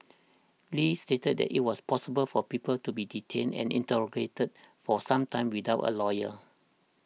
Li stated that it was possible for people to be detained and interrogated for some time without a lawyer